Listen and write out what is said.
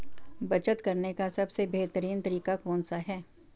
बचत करने का सबसे बेहतरीन तरीका कौन सा है?